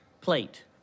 plate